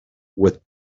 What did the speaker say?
with